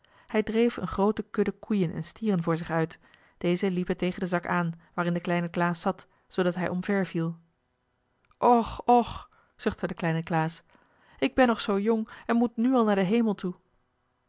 hij dreef een groote kudde koeien en stieren voor zich uit deze liepen tegen den zak aan waarin de kleine klaas zat zoodat hij omver viel och och zuchtte de kleine klaas ik ben nog zoo jong en moet nu al naar den hemel toe